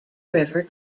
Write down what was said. river